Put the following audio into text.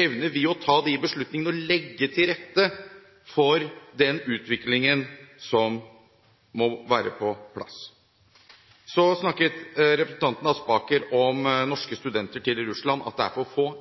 Evner vi å ta de beslutningene og legge til rette for den utviklingen som må være på plass? Så snakket representanten Aspaker om at det er for få norske studenter til Russland.